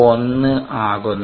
1 ആകുന്നു